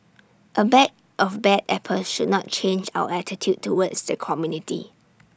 A bag of bad apples should not change our attitude towards the community